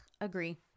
agree